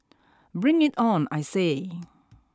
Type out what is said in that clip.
bring it on I say